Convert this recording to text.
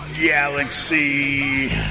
galaxy